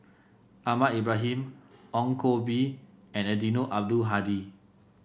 Ahmad Ibrahim Ong Koh Bee and Eddino Abdul Hadi